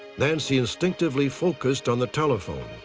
nancy instinctively focused on the telephone.